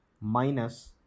minus